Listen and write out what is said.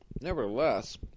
nevertheless